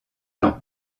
laon